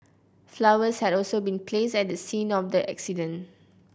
flowers had also been placed at the scene of the accident